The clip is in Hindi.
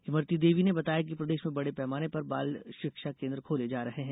इमरती देवी ने बताया कि प्रदेश में बड़े पैमाने पर बाल शिक्षा केन्द्र खोले जा रहे हैं